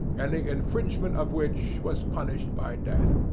any infringement of which was punished by death.